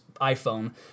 iPhone